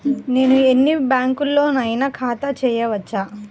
నేను ఎన్ని బ్యాంకులలోనైనా ఖాతా చేయవచ్చా?